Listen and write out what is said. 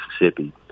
Mississippi